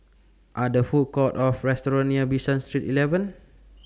Are There Food Courts Or restaurants near Bishan Street eleven